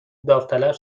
داوطلب